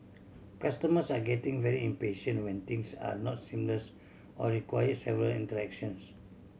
customers are getting very impatient when things are not seamless or require several interactions